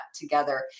together